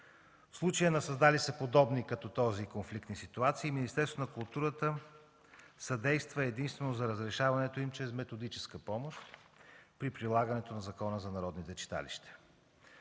В случай на създали се подобни като този конфликтни ситуации Министерството на културата съдейства единствено за разрешаването им чрез методическа помощ при прилагането на Закона за народните читалища.